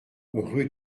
rue